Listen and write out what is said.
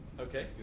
Okay